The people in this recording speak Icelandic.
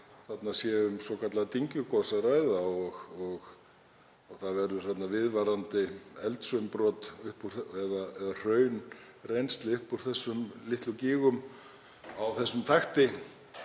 þarna sé um svokallað dyngjugos að ræða, og það verði viðvarandi eldsumbrot eða hraunrennsli upp úr þessum litlu gígum á þessum takti,